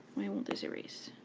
why won't this erase?